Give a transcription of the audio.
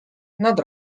nad